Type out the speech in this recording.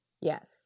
Yes